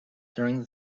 during